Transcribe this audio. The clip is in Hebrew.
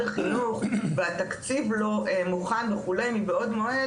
החינוך והתקציב לא מוכן וכו' מבעוד מועד,